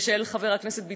ושל חבר הכנסת ביטן,